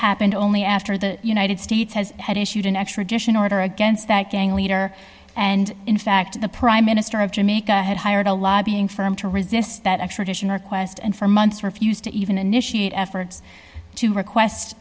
happened only after the united states has had issued an extradition order against that gang leader and in fact the prime minister of jamaica had hired a lobbying firm to resist that extradition request and for months refused to even initiate efforts to